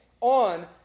on